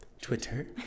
Twitter